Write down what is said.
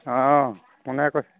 অঁ কোনে কৈছে